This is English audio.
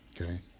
okay